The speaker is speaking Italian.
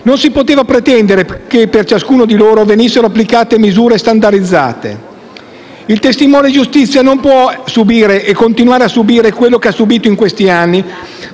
non si poteva pretendere che per ciascuno di loro venissero applicate misure standardizzate. Il testimone di giustizia non può subire e continuare a subire quello che ha subito in questi anni,